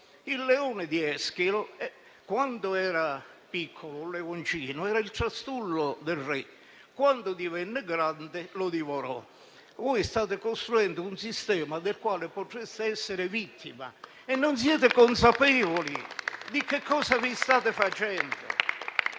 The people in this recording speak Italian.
del leone di Eschilo, che, quando era un piccolo leoncino, era il trastullo del re; quando divenne grande, lo divorò. Voi state costruendo un sistema del quale potreste essere vittime e non siete consapevoli di cosa vi state facendo.